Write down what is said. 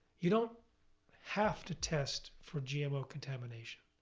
you don't have to test for gmo contamination.